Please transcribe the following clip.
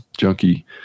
junkie